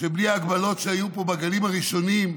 שבלי ההגבלות שהיו פה בגלים הראשונים,